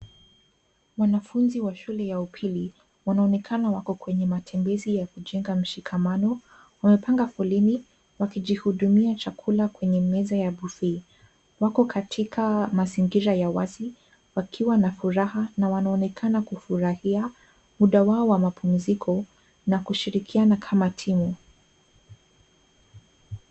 Wanafunzi wa shule ya upili wanaonekana wako kwenye matembezi ya kujenga mshikamano. Wamepanga foleni wakijihudumia chakula kwenye meza ya busihi. Wako katika mazingira ya wazi wakiwa na furaha na wanaonekana kufurahia mda wao wa mapumziko na kushirikiana kama timu.